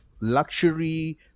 luxury